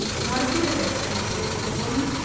not a bit of it! said the game little woman.